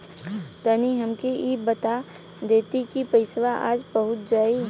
तनि हमके इ बता देती की पइसवा आज पहुँच जाई?